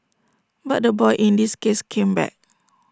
but the boy in this case came back